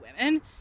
women